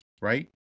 right